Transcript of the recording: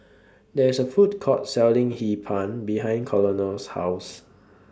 There IS A Food Court Selling Hee Pan behind Colonel's House